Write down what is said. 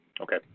Okay